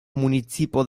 municipo